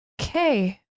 Okay